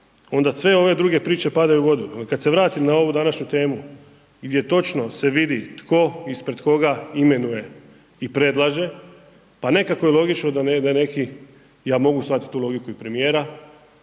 onda sve ove druge priče padaju u vodi i kada se vratim na ovu današnju temu, gdje točno se vidi, tko ispred koga imenuje i predlaže, pa nekako je logično da je neki, ja mogu shvatit i tu logiku i premjera,